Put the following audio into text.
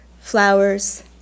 flowers